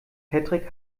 patrick